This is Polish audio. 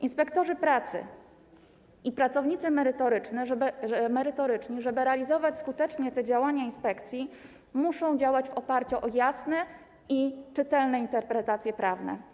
Inspektorzy pracy i pracownicy merytoryczni, żeby realizować skutecznie te działania inspekcji, muszą działać w oparciu o jasne i czytelne interpretacje prawne.